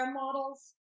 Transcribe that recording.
models